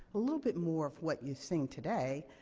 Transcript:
a little bit more of what you've seen today.